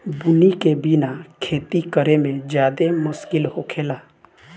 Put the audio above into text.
बुनी के बिना खेती करेमे ज्यादे मुस्किल होखेला